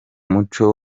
muco